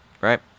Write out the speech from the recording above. right